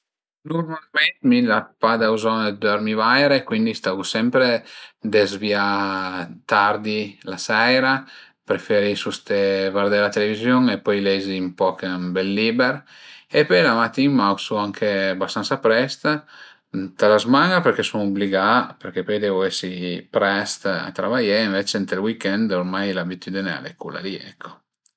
Nurmalment mi l'ai pa da bëzogn dë dörmi vaire, cuindi stagu sempre dezvià tardi la seira, preferisu ste vardé la televiziun, pöi lezi ën poch ën bel liber e pöi la matin m'ausu anche abastansa prest, ën la zman-a perché sun ubligà perché pöi devu esi prest a travaié, ënvece ënt ël weekend ormai l'abitüdine al e cula li ecco